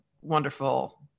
wonderful